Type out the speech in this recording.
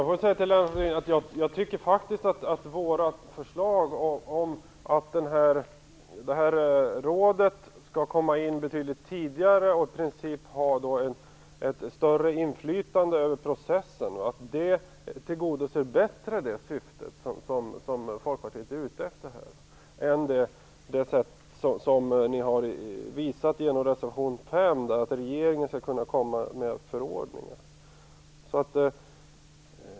Fru talman! Jag tycker faktiskt att Miljöpartiets förslag om att rådet skall komma in betydligt tidigare, och i princip ha ett större inflytande över processen, bättre tillgodoser det syfte som Folkpartiet är ute efter än det förslag ni har redovisat i reservation 5. Det förslaget innebär att regeringen skall kunna komma med förordningar.